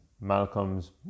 Malcolm's